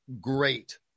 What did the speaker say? great